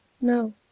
No